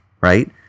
right